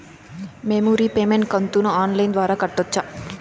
మేము రీపేమెంట్ కంతును online ద్వారా కట్టొచ్చా